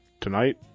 Tonight